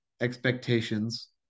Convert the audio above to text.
expectations